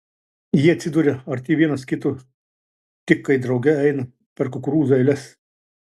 jie atsiduria arti vienas kito tik kai drauge eina per kukurūzų eiles